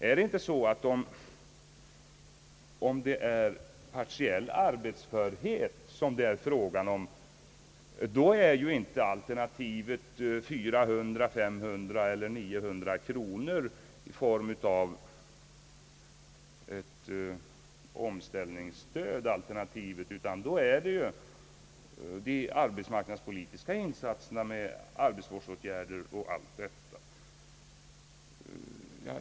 Om det verkligen gäller partiellt arbetsföra, då borde det ju inte vara aktuellt med ett omställningsstöd av 400, 500 eller 900 kronor, utan då borde det till arbetsmarknadspolitiska insatser med arbetsvårdsåtgärder och allt sådant.